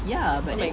ya but like